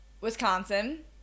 Wisconsin